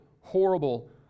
horrible